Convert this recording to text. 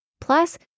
plus